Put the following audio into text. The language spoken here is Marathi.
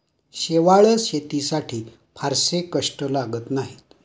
शेवाळं शेतीसाठी फारसे कष्ट लागत नाहीत